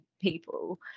people